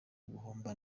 guhomba